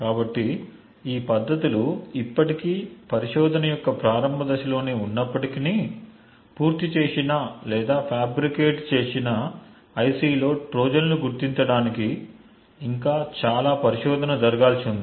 కాబట్టి ఈ పద్ధతులు ఇప్పటికీ పరిశోధన యొక్క ప్రారంభ దశలోనే ఉన్నప్పటికీ పూర్తి చేసిన లేదా ఫ్యాబ్రికేట్ చేసిన ఐసిలో ట్రోజన్లను గుర్తించడానికి ఇంకా చాలా పరిశోధన జరగాల్సి వుంది